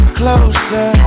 closer